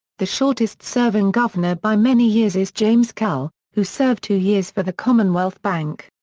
the shortest-serving governor by many years is james kell, who served two years for the commonwealth bank.